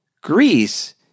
Greece